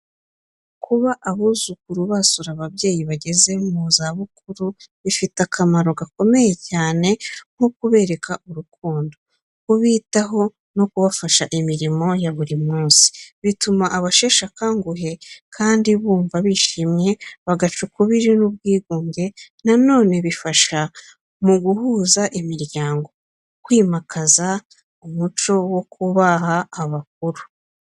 Kuba abuzukuru basura ababyeyi bageze mu zabukuru bifite akamaro gakomeye cyane nko kubereka urukundo, kubitaho no kubafasha imirimo ya buri munsi. Bituma abasheshe akanguhe kandi bumva bishimye, bagaca ukubiri n’ubwigunge. Na none bifasha mu guhuza imiryango, kwimakaza umuco wo kubaha abakuru.